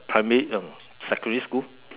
primary um secondary school